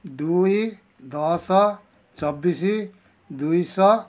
ଦୁଇ ଦଶ ଚବିଶ ଦୁଇଶହ